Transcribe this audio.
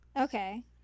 Okay